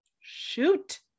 shoot